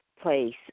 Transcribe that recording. place